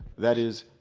that is,